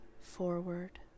forward